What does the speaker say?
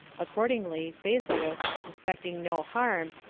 accordingly, phasaelus, suspecting no harm,